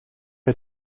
her